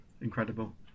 incredible